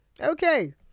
Okay